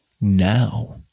now